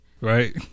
right